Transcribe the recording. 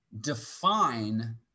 define